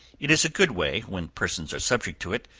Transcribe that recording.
it is a good way, when persons are subject to it,